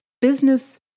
business